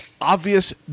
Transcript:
obvious